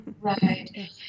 Right